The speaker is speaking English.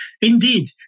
Indeed